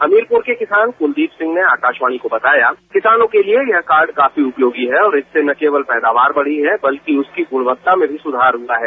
हमीरपुर के किसान कुलदीप सिंह ने आकाशवाणी को बताया कि किसानों के लिए यह कार्ड काफी उपयोगी है और इससे न केवल पैदावार बढ़ी है बल्कि उसकी गुणवत्ता में भी सुधार हुआ है